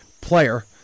player